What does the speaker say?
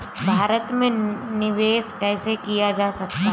भारत में निवेश कैसे किया जा सकता है?